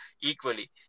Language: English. equally